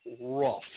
rough